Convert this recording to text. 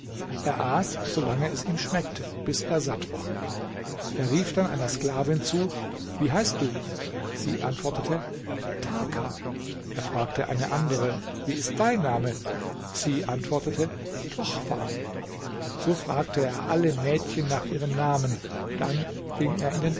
lange es ihm schmeckte bis er satt war er rief dann einer sklavin zu wie heißt du sie antwortete tarka er fragte eine andere wie ist dein name und sie antwortete tochfa so fragte er alle mädchen nach ihrem namen dann ging er in den